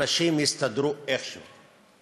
אנשים יסתדרו איכשהו.